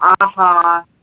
aha